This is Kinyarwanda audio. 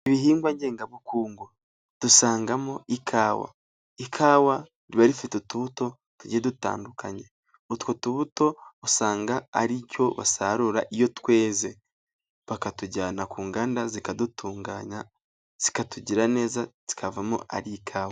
Ibihingwa ngengabukungu dusangamo ikawa. Ikawa riba rifite utubuto tugiye dutandukanye. Utwo tubuto usanga ari cyo basarura iyo tweze, bakatujyana ku nganda zikadutunganya, zikatugira neza zikavamo ari ikawa.